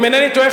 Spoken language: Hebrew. אם אינני טועה,